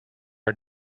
are